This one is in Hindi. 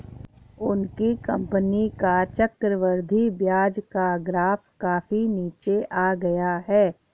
उनकी कंपनी का चक्रवृद्धि ब्याज का ग्राफ काफी नीचे आ गया है